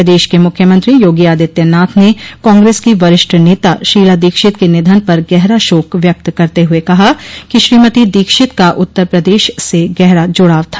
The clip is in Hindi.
प्रदेश के मुख्यमंत्री योगी आदित्यनाथ ने कांग्रेस की वरिष्ठ नेता शीला दीक्षित के निधन पर गहरा शोक व्यक्त करते हुए कहा कि श्रीमती दीक्षित का उत्तर प्रदेश से गहरा जूड़ाव था